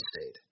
state